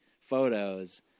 photos